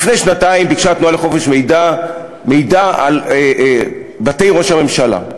לפני שנתיים ביקשה התנועה לחופש המידע מידע על בתי ראש הממשלה.